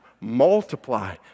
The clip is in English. multiply